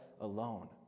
alone